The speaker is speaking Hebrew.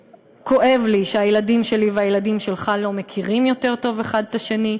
כואב לי שהילדים שלי והילדים שלך לא מכירים יותר טוב האחד את השני,